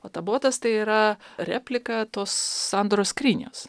o tabotas tai yra replika tos sandoros skrynios